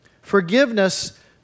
Forgiveness